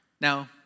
Now